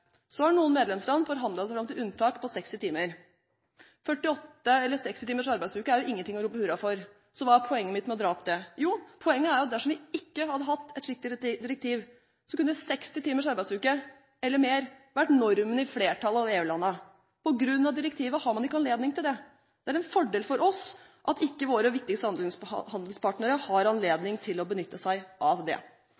Så har noen medlemsland forhandlet seg fram til unntak på 60 timer. 48- eller 60-timers arbeidsuke er jo ingenting å rope hurra for, så hva er poenget mitt med å dra opp dette? Jo, poenget er at dersom vi ikke hadde hatt et slikt direktiv, kunne 60-timers arbeidsuke eller mer vært normen hos flertallet av EU-landene. På grunn av direktivet har man ikke anledning til det. Det er en fordel for oss at våre viktigste handelspartnere ikke har